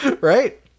Right